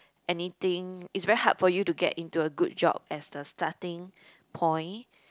anything it's very hard for you to get into a good job as the starting point